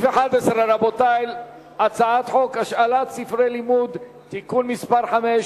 אנחנו עוברים להצעת חוק השאלת ספרי לימוד (תיקון מס' 5),